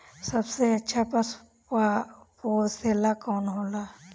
सबसे अच्छा पशु पोसेला कौन होला?